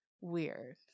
weird